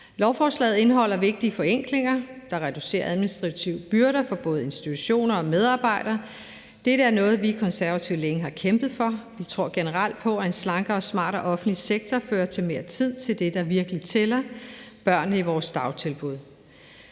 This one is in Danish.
Lovforslaget indeholder vigtige forenklinger, der reducerer administrative byrder for både institutioner og medarbejdere. Dette er noget, vi Konservative længe har kæmpet for. Vi tror generelt på, at en slankere og smartere offentlig sektor fører til mere tid til det, der virkelig tæller: børnene i vores dagtilbud.